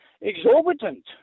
exorbitant